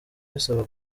bisaba